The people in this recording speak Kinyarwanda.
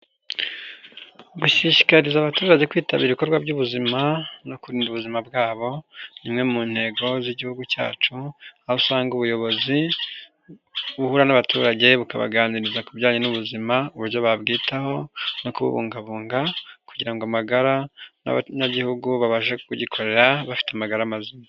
Gushishikariza abaturage kwitabira ibikorwa by'ubuzima, no kurinda ubuzima bwabo ni imwe mu ntego z'igihugu cyacu, aho usanga ubuyobozi, buhura n'abaturage, bukabaganiriza kubijyanye n'ubuzima, uburyo babwitaho, no kubungabunga, kugira ngo amagara n'abanyagihugu babashe kugikorera bafite amagara mazima.